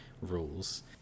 rules